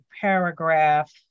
paragraph